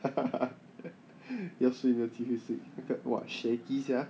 要睡没有机会睡 !wah! shaggy sia